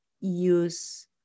use